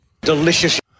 Delicious